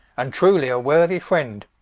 and truly a worthy friend.